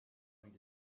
going